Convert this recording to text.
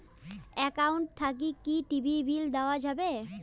Account থাকি কি TV bill দেওয়া যাবে?